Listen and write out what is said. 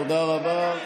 תודה רבה.